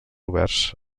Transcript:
oberts